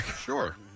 Sure